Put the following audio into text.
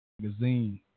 Magazine